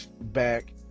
back